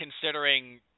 considering